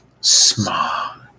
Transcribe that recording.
Smog